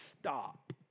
stop